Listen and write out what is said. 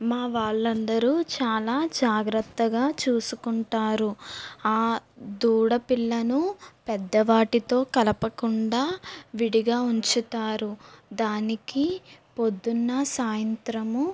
మా వాళ్ళందరూ చాలా జాగ్రత్తగా చూసుకుంటారు ఆ దూడపిల్లను పెద్దవాటితో కలపకుండా విడిగా ఉంచుతారు దానికి ప్రొద్దున సాయంత్రము